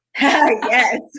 Yes